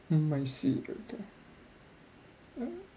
mm I see